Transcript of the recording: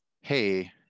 Hey